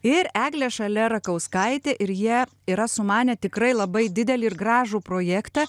ir eglė šalia rakauskaitė ir jie yra sumanę tikrai labai didelį ir gražų projektą